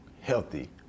healthy